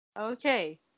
Okay